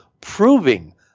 proving